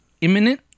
imminent